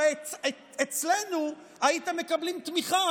הרי אצלנו הייתם מקבלים תמיכה.